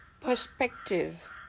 perspective